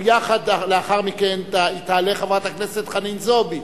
לאחר מכן תעלה חברת הכנסת חנין זועבי